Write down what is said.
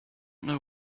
know